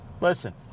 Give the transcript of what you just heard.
Listen